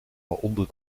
onder